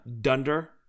Dunder